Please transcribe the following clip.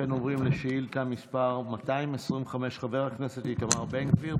לכן עוברים לשאילתה מס' 225. חבר הכנסת איתמר בן גביר,